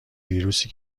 ویروسی